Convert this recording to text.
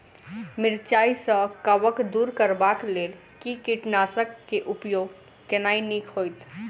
मिरचाई सँ कवक दूर करबाक लेल केँ कीटनासक केँ उपयोग केनाइ नीक होइत?